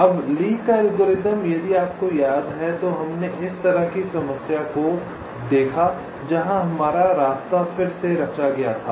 अब ली का एल्गोरिथ्म यदि आपको याद है तो हमने इस तरह की समस्या को देखा जहाँ हमारा रास्ता फिर से रचा गया था